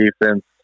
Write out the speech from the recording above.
defense